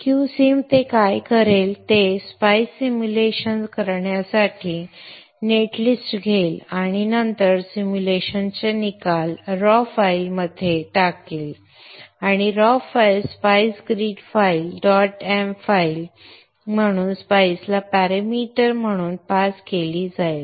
q sim ते काय करेल ते स्पाईस सिम्युलेशन करण्यासाठी नेट लिस्ट घेईल आणि नंतर सिम्युलेशनचे निकाल रॉ फाइलमध्ये टाकेल आणि raw file spice read file dot M file म्हणून स्पाईसला पॅरामीटर म्हणून पास केली जाईल